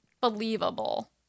believable